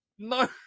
No